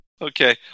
Okay